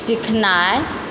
सीखनाइ